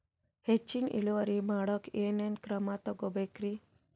ಹೆಚ್ಚಿನ್ ಇಳುವರಿ ಮಾಡೋಕ್ ಏನ್ ಏನ್ ಕ್ರಮ ತೇಗೋಬೇಕ್ರಿ?